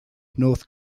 north